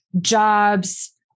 jobs